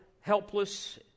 helpless